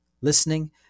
listening